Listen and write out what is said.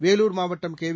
வேலூர் மாவட்டம் கேவி